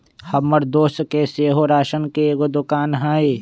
हमर दोस के सेहो राशन के एगो दोकान हइ